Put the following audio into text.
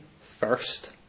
first